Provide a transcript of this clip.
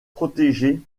protégé